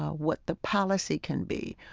ah what the policy can be,